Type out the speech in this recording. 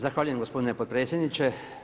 Zahvaljujem gospodine potpredsjedniče.